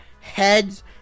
heads